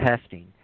testing